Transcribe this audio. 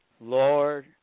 Lord